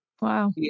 Wow